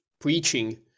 preaching